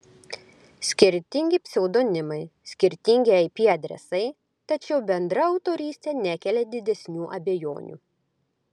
skirtingi pseudonimai skirtingi ip adresai tačiau bendra autorystė nekelia didesnių abejonių